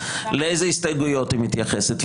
לאיזה הסתייגויות היא מתייחסת.